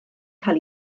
cael